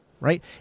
right